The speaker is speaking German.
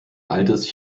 altes